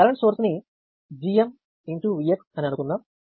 ఈ current source ని GMVx అని అనుకుందాం